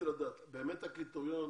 הקריטריון